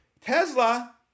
Tesla